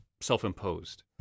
self-imposed